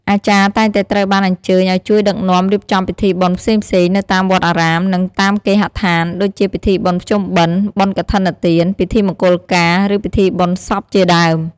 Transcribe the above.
អាចារ្យតែងតែត្រូវបានអញ្ជើញឱ្យជួយដឹកនាំរៀបចំពិធីបុណ្យផ្សេងៗ នៅតាមវត្តអារាម និងតាមគេហដ្ឋាន ដូចជាពិធីបុណ្យភ្ជុំបិណ្ឌ បុណ្យកឋិនទាន ពិធីមង្គលការ ឬពិធីបុណ្យសពជាដើម។